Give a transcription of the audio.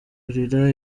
yurira